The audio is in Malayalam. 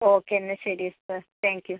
ഓക്കെ എന്നാൽ ശരി സർ താങ്ക്യൂ